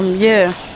yeah.